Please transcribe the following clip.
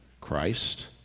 Christ